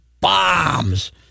bombs